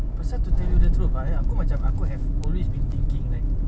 pasal to tell you the truth right aku macam aku have always been thinking like